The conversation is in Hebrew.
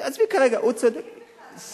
כשהם מופיעים בכלל לוועדות.